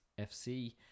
fc